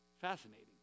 Fascinating